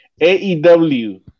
AEW